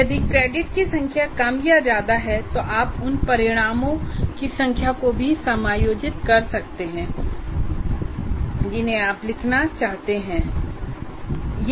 और यदि क्रेडिट की संख्या कम या ज्यादा है तो आप उन परिणामों की संख्या को भी समायोजित कर सकते हैं जिन्हें आप लिखना चाहते हैं